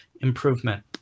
improvement